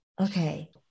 Okay